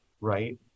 right